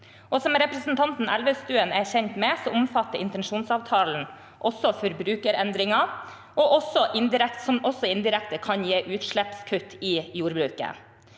Som representanten Elvestuen er kjent med, omfatter intensjonsavtalen også forbrukerendringer, som også indirekte kan gi utslippskutt i jordbruket.